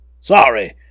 Sorry